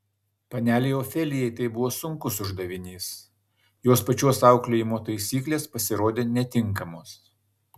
panelei ofelijai tai buvo sunkus uždavinys jos pačios auklėjimo taisyklės pasirodė netinkamos